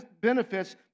benefits